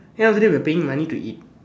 then after that we're paying money to eat